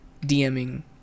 DMing